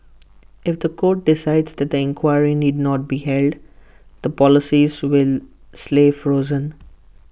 if The Court decides that the inquiry need not be held the policies will slay frozen